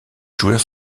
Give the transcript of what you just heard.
joueurs